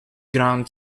ground